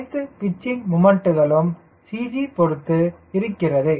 அனைத்து பிச்சிங் முமண்ட்களும் CG பொருத்து இருக்கிறது